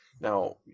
Now